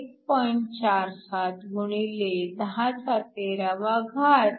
47 x 1013 cm 3